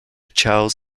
charles